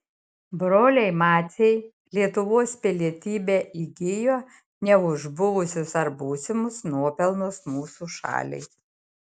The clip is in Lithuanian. broliai maciai lietuvos pilietybę įgijo ne už buvusius ar būsimus nuopelnus mūsų šaliai